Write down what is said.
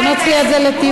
בואו נוציא את זה לדיון.